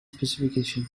specification